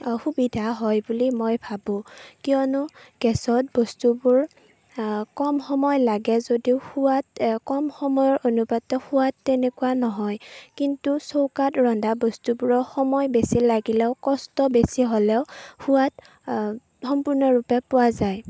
সুবিধা হয় বুলি মই ভাবোঁ কিয়নো গেছত বস্তুবোৰ কম সময় লাগে যদিও সোৱাদ কম সময় অনুপাতে সোৱাদ তেনেকুৱা নহয় কিন্তু চৌকাত ৰন্ধা বস্তুবোৰৰ সময় বেছি লাগিলেও কষ্ট বেছি লাগিলেও সোৱাদ সম্পূৰ্ণৰূপে পোৱা যায়